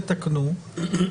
תתקנו.